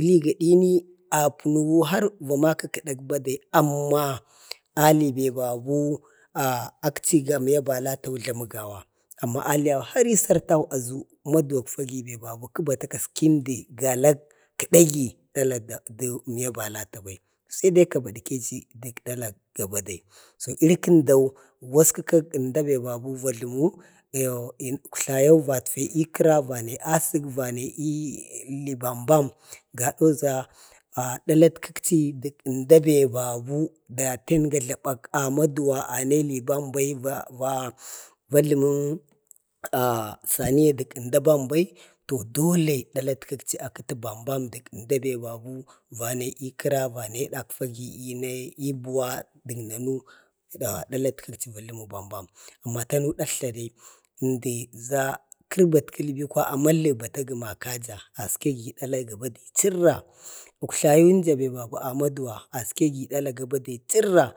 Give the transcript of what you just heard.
iliyu gadi ni apunu har na va maka da kədək badai, amma ali ti babu, ah akchi gabiya valatu ga biyu jlamu gawa, ali amma yau har i sərtau aʒu maduwak fagi be babu kə bata kaski əmdi, galak, kədagi dalak ga badewu i banatabi saidai kapaltichi dək dalak ga badi, to iri kəndau waskəka ənda bebi vajlumu dek uktlayau vatfe i kəra vane asək vane ili bam bam, gadau ʒa dalat kəkchi, dek əmdabe babu taten ga jlabak amaduwa ane i bam bai vajlumu ah anfani dək əmda bam bai, to dole dalat kəkchi a kəti bambam dək əmdabe vane i kəra vane ibuwa dən nanu dalatəkchi a jluwu bam bam. to tani datltla dai əmdi ʒa kərbatkəli ko amanli bata gəma kaja askegi ko amanli bata gəma kaja askegi dala də bade chirra. uktlayinja be a maduwa askegi dala də bade chirra,